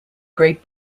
great